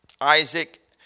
Isaac